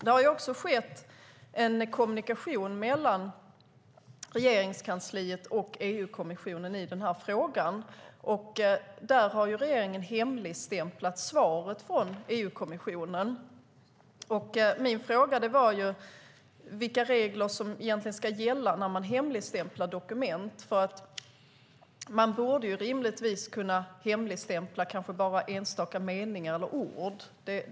Det har förekommit en kommunikation mellan Regeringskansliet och EU-kommissionen i den här frågan. Regeringen har hemligstämplat svaret från kommissionen. Min fråga var ju vilka regler som gäller för hemligstämpling av dokument. Man borde rimligtvis kunna hemligstämpla bara enstaka meningar eller ord.